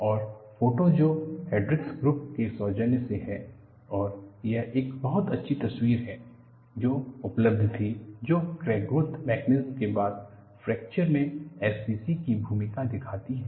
और फोटो जो Hendricks group के सौजन्य से है और यह एक बहुत अच्छी तस्वीर है जो उपलब्ध थी जो क्रैक ग्रोथ मेकनिज़म के बाद फ्रैक्चर में SSC की भूमिका दिखती हैं